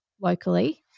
locally